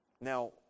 Now